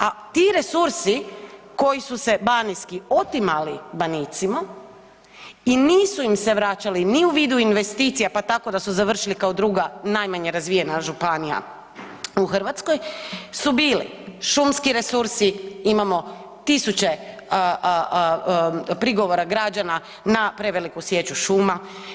A ti resursi koji su se banijski otimali Banijcima i nisu im se vraćali ni u vidu investicija pa tako da su završili kao druga najmanje razvijena županija u Hrvatskoj su bili šumski resursi, imamo tisuće prigovora građana na preveliku sječu šuma.